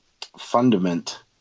fundament